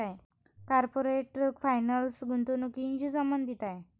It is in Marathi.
कॉर्पोरेट फायनान्स गुंतवणुकीशी संबंधित आहे